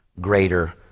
greater